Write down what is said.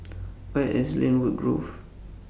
Where IS Lynwood Grove